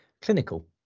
clinical